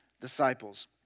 disciples